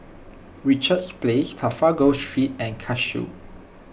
Richards Place Trafalgar Street and Cashew